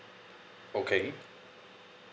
okay